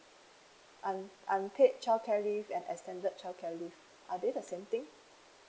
un~ unpaid childcare leave and extended childcare leave are they the same thing